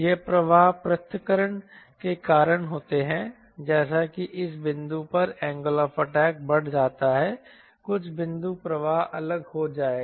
ये प्रवाह पृथक्करण के कारण होते हैं जैसा कि इस बिंदु पर एंगल ऑफ अटैक बढ़ जाता है कुछ बिंदु प्रवाह अलग हो जाएगा